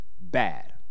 bad